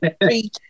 three